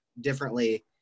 differently